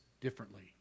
differently